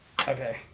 Okay